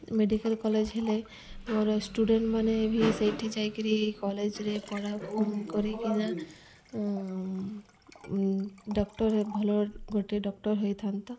medical college ହେଲେ ମୋର student ମାନେ ବି ସେଇଠି ଯାଇକିରି କଲେଜରେ ପଢ଼ା କରିକିନା ଡକ୍ଟର ଭଲ ଗୋଟେ ଡକ୍ଟର ହୋଇଥାନ୍ତା